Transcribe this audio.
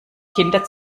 kinder